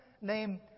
named